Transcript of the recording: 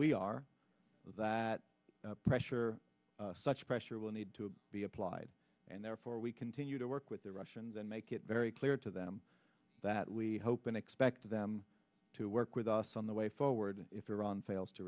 we are that pressure such pressure will need to be applied and therefore we continue to work with the russians and make it very clear to them that we hope and expect them to work with us on the way forward if iran fails to